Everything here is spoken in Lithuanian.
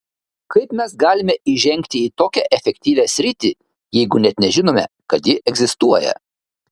kaip mes galime įžengti į tokią efektyvią sritį jeigu net nežinome kad ji egzistuoja